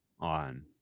on